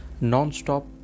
Non-stop